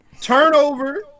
Turnover